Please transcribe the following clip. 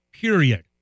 Period